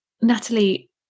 Natalie